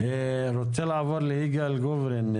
אני רוצה לעבור ליגאל גוברין,